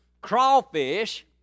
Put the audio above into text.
crawfish